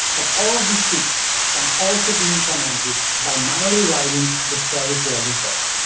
but all of these features can also be implemented by manually writing the service worker code.